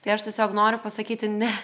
tai aš tiesiog noriu pasakyti ne